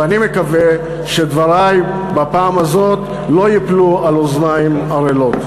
ואני מקווה שדברי בפעם הזאת לא ייפלו על אוזניים ערלות.